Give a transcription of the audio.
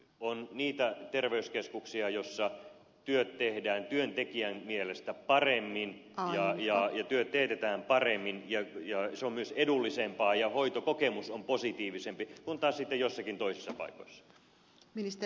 on niitä terveyskeskuksia joissa työt tehdään työntekijän mielestä paremmin ja työt teetetään paremmin ja se on myös edullisempaa ja hoitokokemus on positiivisempi kuin taas sitten joissakin toisissa paikoissa